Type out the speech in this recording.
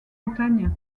bretagne